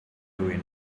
rywun